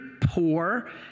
poor